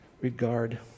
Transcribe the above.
regard